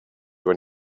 when